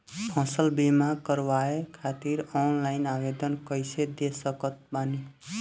फसल बीमा करवाए खातिर ऑनलाइन आवेदन कइसे दे सकत बानी?